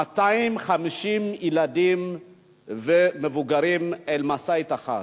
250 ילדים ומבוגרים, על משאית אחת.